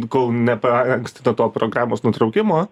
kol nepaankstinto to programos nutraukimo